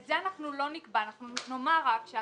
את זה לא נקבע, אנחנו רק נאמר שההסמכה